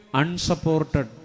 unsupported